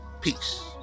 peace